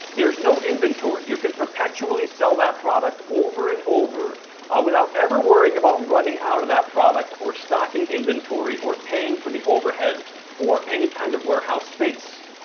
there's no inventory, you can perpetually sell that product over and over ah without ever worrying about running out of that product or stocking inventory, or paying for the overhead for any kind of warehouse space.